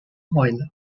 hoyle